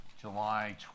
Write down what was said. July